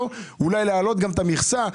אולי גם להעלות את המכסה,